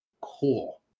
Cool